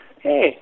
hey